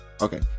okay